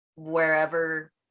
wherever